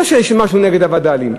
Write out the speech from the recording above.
לא שיש לי משהו נגד הווד"לים.